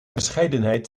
bescheidenheid